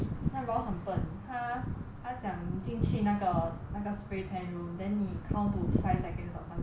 ross 很笨他他讲你进去那个那个 spray tan room then 你 count to five seconds or something